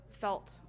felt